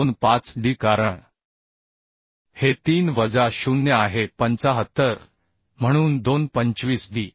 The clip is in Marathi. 25 D कारण हे 3 वजा 0 आहे 75 म्हणून 2 25 डी